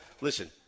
listen